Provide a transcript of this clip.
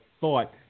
thought